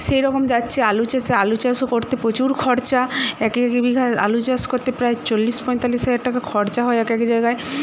সেরকম যাচ্ছে আলু চাষে আলু চাষও করতে প্রচুর খরচা এক এক বিঘা আলু চাষ করতে প্রায় চল্লিশ পঁয়তাল্লিশ হাজার টাকা খরচা হয় এক এক জায়গায়